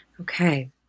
Okay